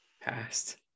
passed